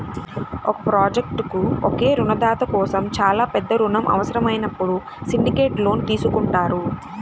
ఒక ప్రాజెక్ట్కు ఒకే రుణదాత కోసం చాలా పెద్ద రుణం అవసరమైనప్పుడు సిండికేట్ లోన్ తీసుకుంటారు